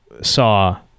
saw